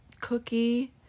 cookie